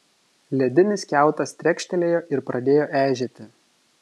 ledinis kiautas trekštelėjo ir pradėjo eižėti